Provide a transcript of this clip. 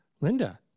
Linda